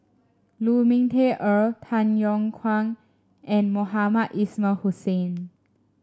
Lu Ming Teh Earl Tay Yong Kwang and Mohamed Ismail Hussain